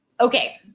Okay